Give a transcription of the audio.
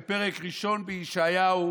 בפרק ראשון בישעיהו